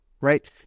right